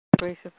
Gracious